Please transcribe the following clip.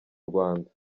rwanda